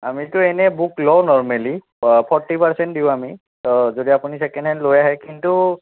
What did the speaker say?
আমিতো এনেই বুক লওঁ নৰমেলি ফৰ্টি পাৰ্চেণ্ট দিওঁ আমি যদি আপুনি চেকেণ্ড হেণ্ড লৈ আহে কিন্তু